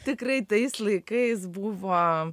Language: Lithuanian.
tikrai tais laikais buvo